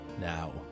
now